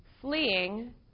Fleeing